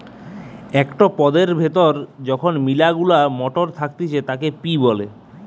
একটো পদের ভেতরে যখন মিলা গুলা মটর থাকতিছে তাকে পি বলে